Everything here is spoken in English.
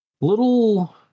little